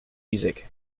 music